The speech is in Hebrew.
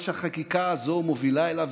מה שהחקיקה הזו מובילה אליו,